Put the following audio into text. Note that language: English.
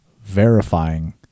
verifying